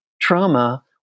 trauma